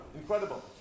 Incredible